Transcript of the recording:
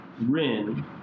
Rin